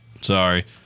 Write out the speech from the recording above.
Sorry